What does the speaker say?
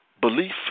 Belief